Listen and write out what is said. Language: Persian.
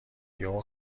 یهو